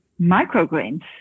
microgreens